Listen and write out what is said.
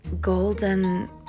golden